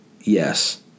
yes